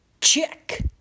Check